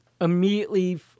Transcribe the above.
immediately